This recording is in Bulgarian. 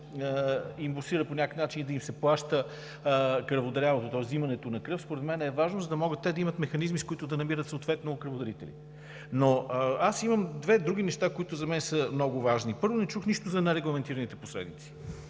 имбурсират по някакъв начин и да им се плаща кръводаряването, тоест взимането на кръв, според мен е важно, за да могат да имат механизми, с които да намират съответно кръводарители. Но аз имам две други неща, които за мен са много важни. Първо, не чух нищо за нерегламентираните последици.